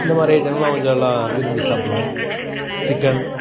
இந்தமாதிரி ஐட்டங்கள்லாம் கொஞ்சம் நல்லா விரும்பி சாப்பிடுவோம் சிக்கன்